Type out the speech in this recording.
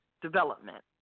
development